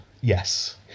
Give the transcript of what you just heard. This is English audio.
Yes